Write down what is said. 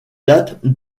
date